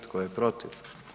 Tko je protiv?